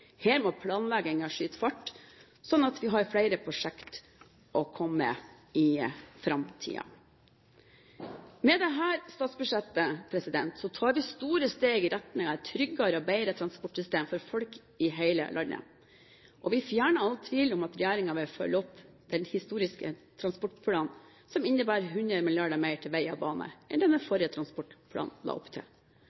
Her må planleggingen skyte fart, slik at vi har flere prosjekter å komme med i framtiden. Med dette statsbudsjettet tar vi store steg i retning av et tryggere og bedre transportsystem for folk i hele landet. Og vi fjerner all tvil om at regjeringen vil følge opp den historiske transportplanen, som innebærer 100 mrd. kr mer til vei og bane enn